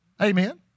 Amen